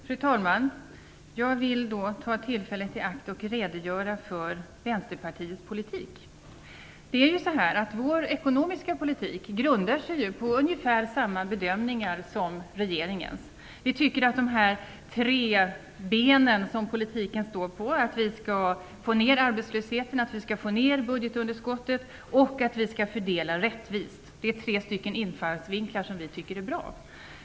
Fru talman! Jag vill ta tillfället i akt att redogöra för Vänsterpartiets politik. Vår ekonomiska politik grundar sig på ungefär samma bedömningar som regeringens. Vi tycker att de tre ben som politiken står på är bra. Att vi skall få ner arbetslösheten, att vi skall få ner budgetunderskottet och att vi skall fördela rättvist är tre infallsvinklar som vi tycker är bra.